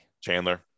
Chandler